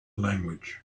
language